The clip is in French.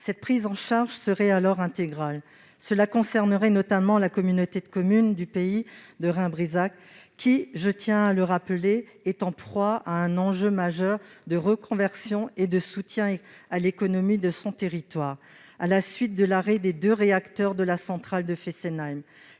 Cette prise en charge serait alors intégrale. Serait concernée, notamment, la communauté de communes pays Rhin-Brisach, qui, je tiens à le rappeler, est en proie à un enjeu majeur de reconversion et de soutien à l'économie de son territoire, à la suite de l'arrêt des deux réacteurs de la centrale de Fessenheim.